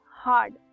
hard